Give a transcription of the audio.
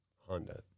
Honda